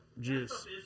Juice